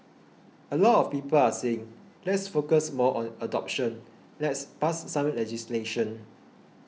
a lot of people are saying let's focus more on adoption let's pass some legislation